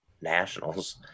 nationals